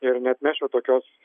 ir neatmesčiau tokios